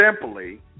simply